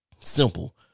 Simple